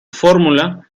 fórmula